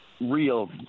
real